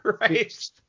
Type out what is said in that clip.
Right